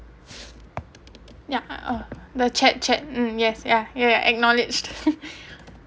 ya uh the chat chat mm yes yeah yeah acknowledged